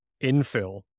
infill